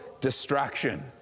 distraction